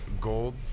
gold